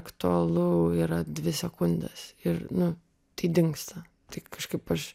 aktualu yra dvi sekundes ir nu tai dingsta tai kažkaip aš